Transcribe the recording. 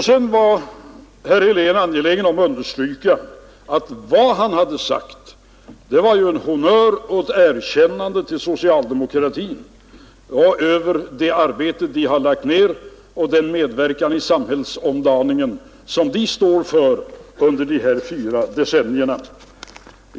Sedan var herr Helén angelägen om att understryka att vad han hade sagt var en honnör och ett erkännande till socialdemokratin för dess arbete och dess medverkan i samhällsomdaningen under de här fyra decennierna.